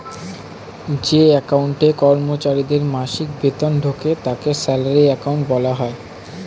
যে অ্যাকাউন্টে কর্মচারীদের মাসিক বেতন ঢোকে তাকে স্যালারি অ্যাকাউন্ট বলা হয়